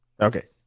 Okay